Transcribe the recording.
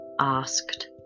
asked